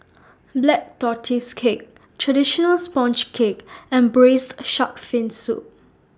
Black Tortoise Cake Traditional Sponge Cake and Braised Shark Fin Soup